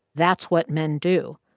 that's what men do.